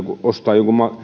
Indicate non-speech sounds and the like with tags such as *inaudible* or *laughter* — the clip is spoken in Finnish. *unintelligible* kun ostaa jonkun